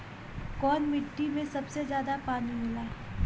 कौन मिट्टी मे सबसे ज्यादा पानी होला?